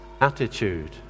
attitude